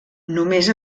només